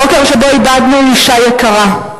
בוקר שבו איבדנו אשה יקרה,